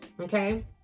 okay